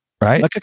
Right